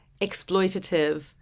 exploitative